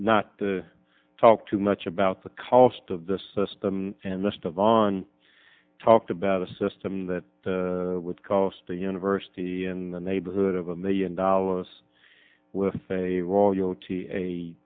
not to talk too much about the cost of the system and list of on talked about a system that would cost the university in the neighborhood of a million dollars with a role you